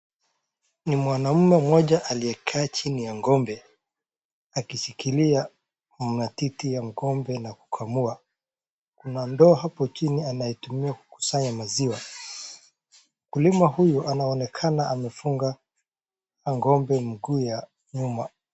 Mwanamume mmoja aliyekaa chini ya ng'ombe akishikilia matiti ya ng'ombe na kukamua, kuna ndoo hapo chini anayotumia kukusanya maziwa, mkulima huyu anaonekana amefunga ng'ombe mguu ya nyuma.